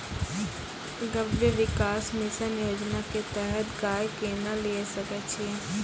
गव्य विकास मिसन योजना के तहत गाय केना लिये सकय छियै?